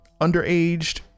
underaged